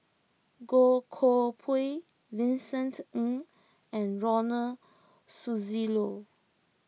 Goh Koh Pui Vincent Ng and Ronald Susilo